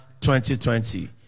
2020